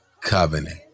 covenant